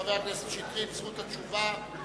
חבר הכנסת שטרית, זכות התשובה.